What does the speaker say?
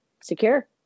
secure